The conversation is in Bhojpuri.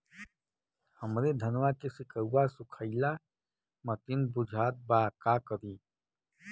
हमरे धनवा के सीक्कउआ सुखइला मतीन बुझात बा का करीं?